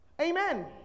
Amen